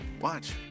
watch